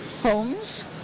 homes